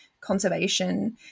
conservation